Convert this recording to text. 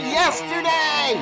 yesterday